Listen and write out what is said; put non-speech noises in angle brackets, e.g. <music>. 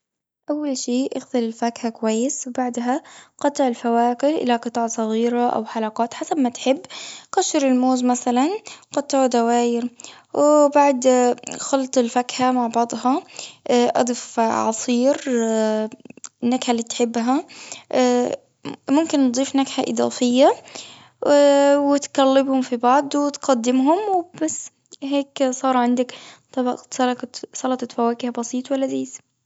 أول شي، اغسل الفاكهة كويس، وبعدها قطع الفواكه إلى قطع صغيرة، أو حلقات حسب ما تحب. قشر الموز، مثلاً قطعه دواير. وبعدو <hesitation> خلط الفاكهة مع بعضها، أضف عصير <hesitation> نكهة اللي تحبها. ممكن تضيف نكهة إضافية، و <hesitation> تقلبهم في بعض، وتقدمهم، وبس. هيك صار عندك طبق سلطة- سلطة فواكه بسيط ولذيذ.